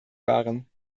waren